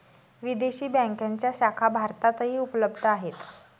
विदेशी बँकांच्या शाखा भारतातही उपलब्ध आहेत